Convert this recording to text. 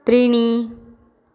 त्रीणि